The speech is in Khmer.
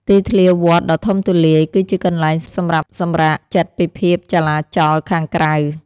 ទីធ្លាវត្តដ៏ធំទូលាយ គឺជាកន្លែងសម្រាប់សម្រាកចិត្តពីភាពចលាចលខាងក្រៅ។